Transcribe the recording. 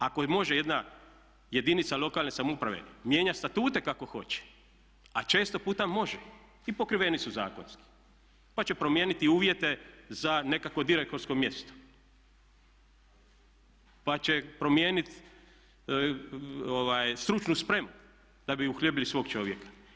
Ako može jedna jedinica lokalne samouprave mijenjat statute kako hoće, a često puta može i pokriveni su zakonski, pa će promijeniti uvjete za nekakvo direktorsko mjesto, pa će promijenit stručnu spremu da bi uhljebili svog čovjeka.